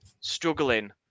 struggling